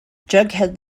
jughead